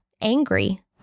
angry